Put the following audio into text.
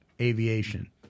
aviation